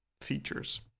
features